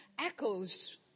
echoes